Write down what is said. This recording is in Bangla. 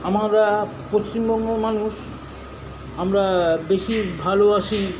আমরা পশ্চিমবঙ্গর মানুষ আমরা বেশি ভালোবাসি